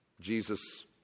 Jesus